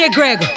Greg